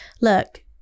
look